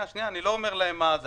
אני לא אומר להם מה לעשות.